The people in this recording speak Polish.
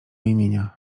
imienia